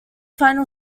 final